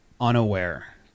unaware